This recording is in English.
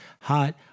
hot